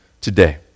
today